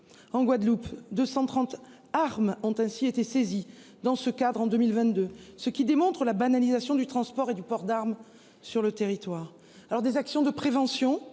en Guadeloupe de 130 armes ont ainsi été saisis dans ce cadre en 2022. Ce qui démontre la banalisation du transport et du port d'armes sur le territoire. Alors des actions de prévention